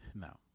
No